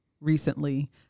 recently